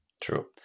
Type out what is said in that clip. true